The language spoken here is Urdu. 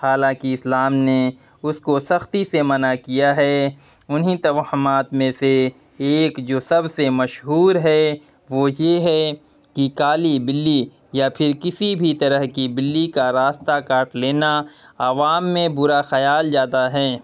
حالانکہ اسلام نے اس کو سختی سے منع کیا ہے انہیں توہمات میں سے ایک جو سب سے مشہور ہے وہ یہ ہے کہ کالی بلّی یا پھر کسی بھی طرح کی بلّی کا راستہ کاٹ لینا عوام میں برا خیال جاتا ہے